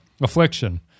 affliction